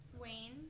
Wayne